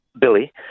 Billy